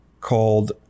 called